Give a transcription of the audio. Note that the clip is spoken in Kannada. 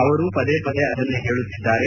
ಅವರು ಪದೇ ಪದೇ ಅದನ್ನೇ ಹೇಳುತ್ತಿದ್ದಾರೆ